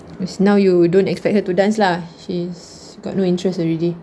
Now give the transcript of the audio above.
which now you don't expect her to dance lah she's got no interest already